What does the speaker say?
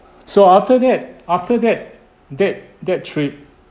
so after that after that that that trip